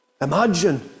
Imagine